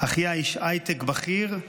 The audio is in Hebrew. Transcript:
אחיה איש הייטק בכיר /